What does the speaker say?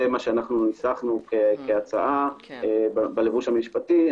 זה מה שניסחנו כהצעה בלבוש המשפטי.